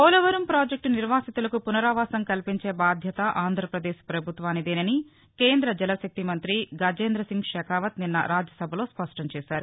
Polavaram project నిర్వాసితులకు పునరావాసం కల్పించే బాధ్యత ఆంధ్రప్రదేశ్ పభుత్వానిదేనని కేంద్ర జల శక్తి మంతి గజేంద్ర సింగ్ షెకావత్ నిన్న రాజ్యసభలో స్పష్టం చేశారు